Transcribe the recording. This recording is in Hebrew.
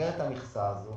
במסגרת המכסה הזאת